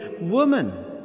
woman